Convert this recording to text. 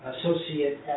associate